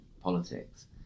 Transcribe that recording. politics